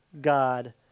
God